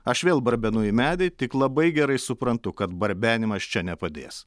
aš vėl barbenu į medį tik labai gerai suprantu kad barbenimas čia nepadės